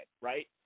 right